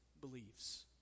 believes